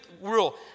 rule